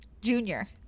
Junior